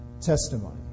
testimony